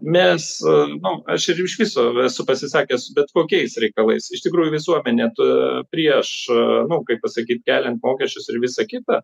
mes nu aš ir iš viso esu pasisakęs bet kokiais reikalais iš tikrųjų visuomenė tu prieš nu kaip pasakyt keliant mokesčius ir visa kita